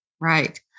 Right